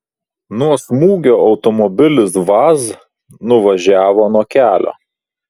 nuo smūgio automobilis vaz nuvažiavo nuo kelio